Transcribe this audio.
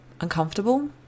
Uncomfortable